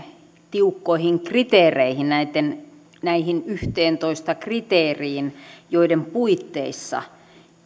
tiukkoihin kriteereihin näihin yhteentoista kriteeriin joiden puitteissa